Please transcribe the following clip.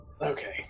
Okay